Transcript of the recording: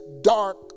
dark